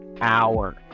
hour